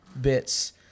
bits